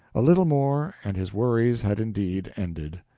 a little more, and his worries had indeed ended.